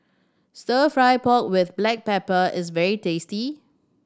Stir Fry pork with black pepper is very tasty